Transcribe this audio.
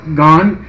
gone